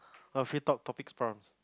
on free talk topics prompts